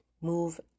Move